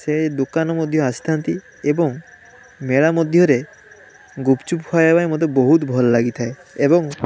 ସେଇ ଦୋକାନ ମଧ୍ୟ ଆସିଥାନ୍ତି ଏବଂ ମେଳା ମଧ୍ୟରେ ଗୁପ୍ଚୁପ୍ ଖାଇବା ପାଇଁ ମୋତେ ବହୁତ ଭଲ ଲାଗିଥାଏ ଏବଂ